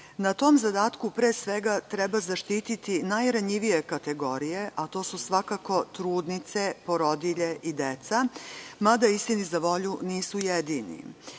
Na tom zadatku pre svega treba zaštiti najranjivije kategorije, a to su svakako trudnice, porodilje i deca, mada, istini za volju, nisu jedini. Ono